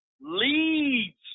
leads